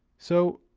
so,